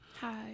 Hi